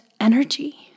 energy